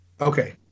Okay